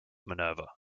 minerva